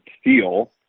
steel